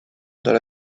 dans